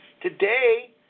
Today